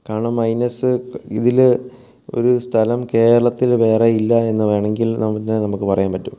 കാരണം മൈനസ് ഇതിൽ ഒരു സ്ഥലം കേരളത്തിൽ വേറെ ഇല്ല എന്ന് വേണമെങ്കിൽ നമുക്ക് പറയാൻ പറ്റും